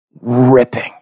ripping